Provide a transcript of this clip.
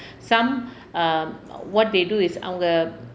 some err what they do is அவங்க:avanga